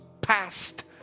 past